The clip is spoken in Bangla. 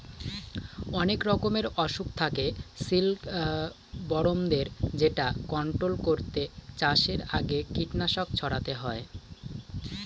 অনেক রকমের অসুখ থাকে সিল্কবরমদের যেটা কন্ট্রোল করতে চাষের আগে কীটনাশক ছড়াতে হয়